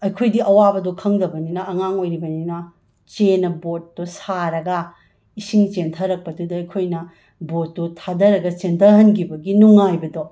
ꯑꯩꯈꯣꯏꯗꯤ ꯑꯋꯥꯕꯗꯣ ꯈꯪꯗꯕꯅꯤꯅ ꯑꯉꯥꯡ ꯑꯣꯏꯔꯤꯕꯅꯤꯅ ꯆꯦꯅ ꯕꯣꯠꯇꯣ ꯁꯥꯔꯒ ꯏꯁꯤꯡ ꯆꯦꯟꯊꯔꯛꯄꯗꯨꯗ ꯑꯩꯈꯣꯏꯅ ꯕꯣꯠꯇꯣ ꯊꯥꯗꯔꯒ ꯆꯦꯟꯙꯍꯟꯒꯤꯕꯒꯤ ꯅꯨꯡꯉꯥꯏꯕꯗꯣ